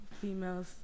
females